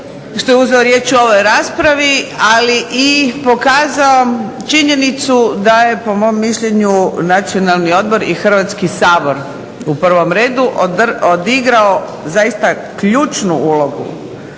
što je uzeo riječ u ovoj raspravi ali i pokazao činjenicu da je po mom mišljenju i Nacionalni odbori Hrvatski sabor u prvom redu odigrao zaista ključnu ulogu,